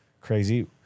crazy